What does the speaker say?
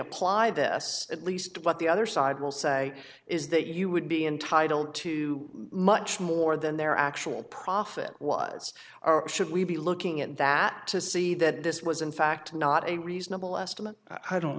apply this at least what the other side will say is that you would be entitled to much more than their actual profit was are should we be looking at that to see that this was in fact not a reasonable estimate i don't